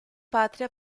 patria